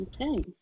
okay